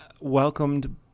welcomed